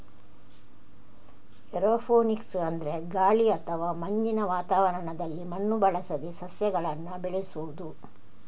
aeroponics ಅಂದ್ರೆ ಗಾಳಿ ಅಥವಾ ಮಂಜಿನ ವಾತಾವರಣದಲ್ಲಿ ಮಣ್ಣು ಬಳಸದೆ ಸಸ್ಯಗಳನ್ನ ಬೆಳೆಸುದು